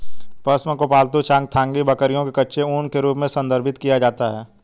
पश्म को पालतू चांगथांगी बकरियों के कच्चे ऊन के रूप में संदर्भित किया जाता है